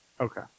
Okay